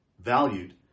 valued